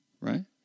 right